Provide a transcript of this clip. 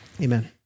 amen